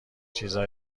چیزا